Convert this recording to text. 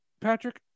Patrick